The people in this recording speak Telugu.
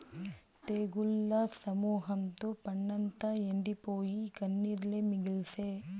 తెగుళ్ల సమూహంతో పంటంతా ఎండిపోయి, కన్నీరే మిగిల్సే